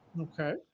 Okay